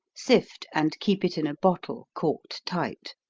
sift, and keep it in a bottle corked tight.